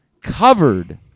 covered